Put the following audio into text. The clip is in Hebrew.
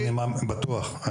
אני בטוח.